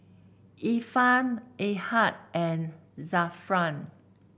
Irfan Ahad and Zafran